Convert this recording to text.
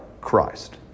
Christ